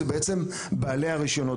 זה בעצם בעלי הרישיונות.